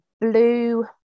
Blue